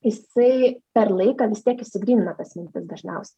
jisai per laiką vis tiek išsigrynina tas mintis dažniausiai